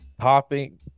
topping